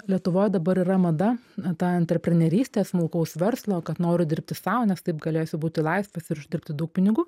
lietuvoj dabar yra mada na ta antreprenerystė smulkaus verslo kad noriu dirbti sau nes taip galėsiu būti laisvas ir uždirbti daug pinigų